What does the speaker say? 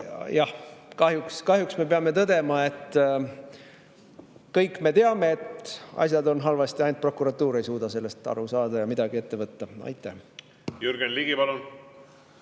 Jah, kahjuks me peame tõdema, et kõik me teame, et asjad on halvasti, ainult prokuratuur ei suuda sellest aru saada ja midagi ette võtta. Aitäh! Ei ole,